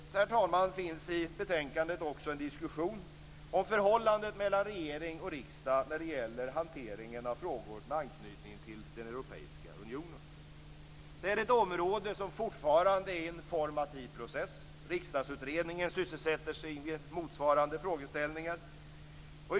Till slut finns i betänkandet också en diskussion om förhållandet mellan regering och riksdag när det gäller hanteringen av frågor med anknytning till Europeiska unionen. Detta är ett område som fortfarande är i en formativ process. Riksdagsutredningen sysselsätter sig med motsvarande frågeställningar.